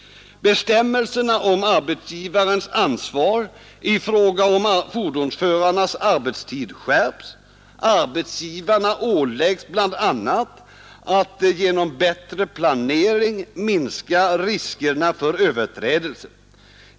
Bestämmelserna om arbetsgivarens ansvar i fråga om fordonsförarnas arbetstid skärps, arbetsgivarna åläggs bl.a. att genom bättre planering minska riskerna för överträdelser.